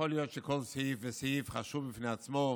יכול להיות שכל סעיף וסעיף חשוב בפני עצמו,